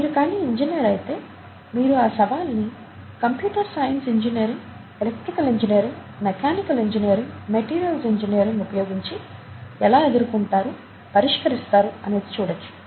మీరు కానీ ఇంజనీర్ అయితే మీరు ఆ సవాల్ని computer science engineering electrical engineering mechanical engineering materials engineering ఉపయోగించి ఎలా ఎదుర్కుంటారు పరిష్కరిస్తారు అనేది చూడొచ్చు